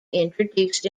introduced